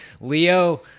Leo